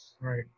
Right